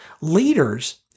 Leaders